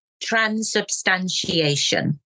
transubstantiation